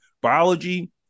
biology